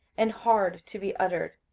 and hard to be uttered,